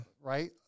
right